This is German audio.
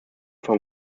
von